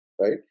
right